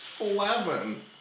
Eleven